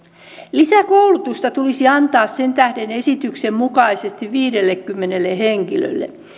lisäkoulutusta tulisi antaa sen tähden esityksen mukaisesti viidellekymmenelle henkilölle